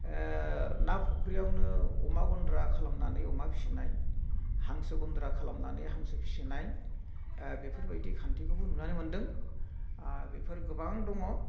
ना फुख्रियावनो अमा गन्द्रा खालामनानै अमा फिनाय हांसो गन्द्रा खालामनानै हांसो फिनाय बेफोरबायदि खान्थिखोबो नुनो मोन्दों बेफोर गोबां दङ